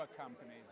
companies